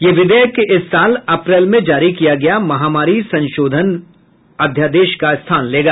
यह विधेयक इस साल अप्रैल में जारी किया गया महामारी संशोधन अध्यादेश का स्थान लेगा